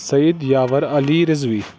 Saeed Yawar Ali Rizvi